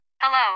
Hello